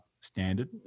standard